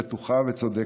בטוחה וצודקת,